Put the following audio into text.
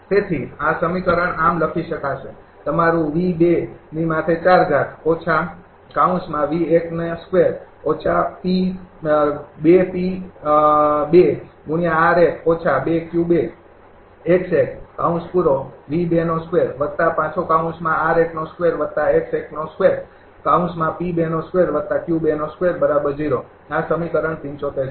તેથી આ સમીકરણ આમ લખી શકાશે તમારું આ સમીકરણ ૭૫ છે